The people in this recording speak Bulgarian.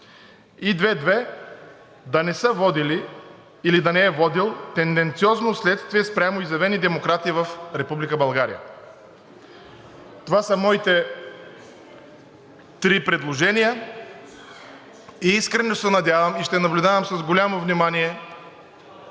2.2. Да не са водили или да не е водил тенденциозно следствие спрямо изявени демократи в Република България.“ Това са моите три предложения и искрено се надявам и ще наблюдавам с голямо внимание